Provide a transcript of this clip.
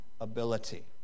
ability